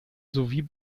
sowie